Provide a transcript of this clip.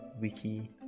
Wiki